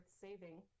saving